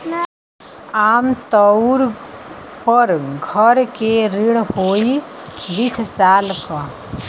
आम तउर पर घर के ऋण होइ बीस साल क